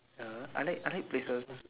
uh I like I like places